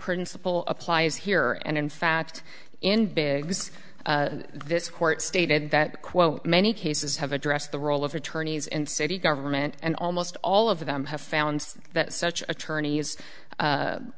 principle applies here and in fact in begs this court stated that quote many cases have addressed the role of attorneys in city government and almost all of them have found that such attorneys